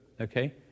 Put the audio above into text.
okay